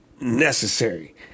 necessary